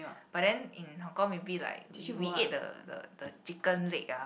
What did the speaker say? but then in Hong-Kong maybe like we we ate the the the chicken leg ah